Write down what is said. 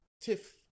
tiff